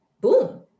boom